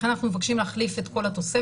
לכן, אנחנו מבקשים להחליף את כל התוספת,